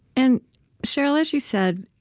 and sheryl, as you said,